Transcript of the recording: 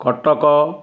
Cuttack